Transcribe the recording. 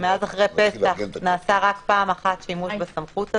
מאז אחרי פסח נעשתה רק פעם אחת שימוש בסמכות הזאת,